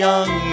Young